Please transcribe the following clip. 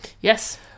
Yes